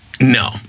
no